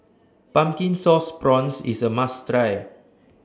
Pumpkin Sauce Prawns IS A must Try